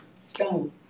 stone